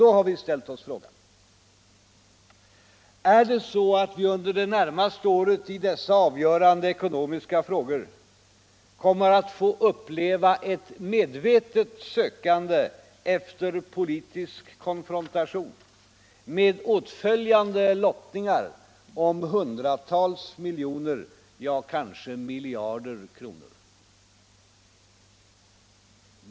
Då har vi ställt oss frågan: Är det så, att vi under det närmaste året i dessa avgörande ekonomiska frågor kommer att få uppleva ett medvetet sökande efter politisk konfrontation, med åtföljande lottningar om hundratals miljoner, ja, kanske miljarder?